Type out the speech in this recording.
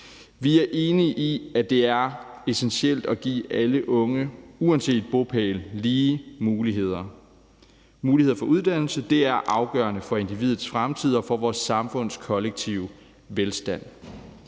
Vi er enige i, at det er essentielt at give alle unge uanset bopæl lige muligheder. Muligheder for uddannelse er afgørende for individets fremtid og for vores samfunds kollektive velstand.